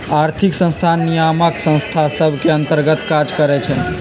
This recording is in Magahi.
आर्थिक संस्थान नियामक संस्था सभ के अंतर्गत काज करइ छै